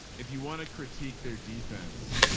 if you want to critique their defense,